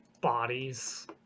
bodies